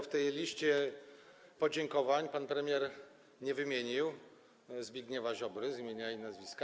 W tej liście podziękowań pan premier nie wymienił Zbigniewa Ziobry z imienia i nazwiska.